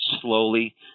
slowly